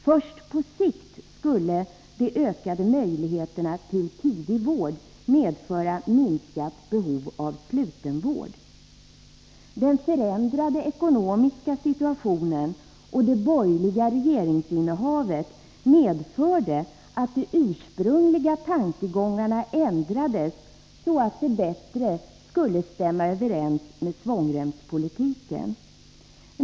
Först på sikt skulle de ökade möjligheterna till tidig vård medföra minskat behov av slutenvård. Den förändrade ekonomiska situationen och det borgerliga regeringsinnehavet medförde att de ursprungliga tankegångarna ändrades så att de bättre skulle stämma överens med svångremspolitiken.